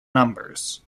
numbers